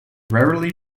rarely